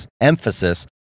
emphasis